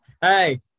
Hey